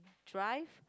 drive